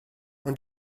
ond